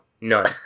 None